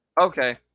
Okay